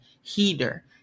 heater